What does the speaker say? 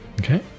Okay